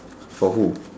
for who